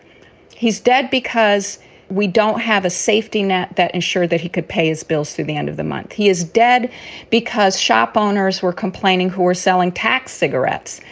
he's dead because we don't have a safety net that ensured that he could pay his bills through the end of the month. he is dead because shop owners were complaining who were selling tax cigarettes,